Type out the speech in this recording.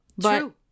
True